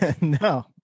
No